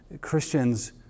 Christians